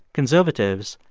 conservatives,